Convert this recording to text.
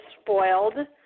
spoiled